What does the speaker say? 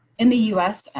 in the us,